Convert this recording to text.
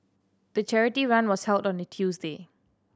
the charity run was held on a Tuesday